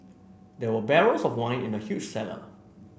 there were barrels of wine in the huge cellar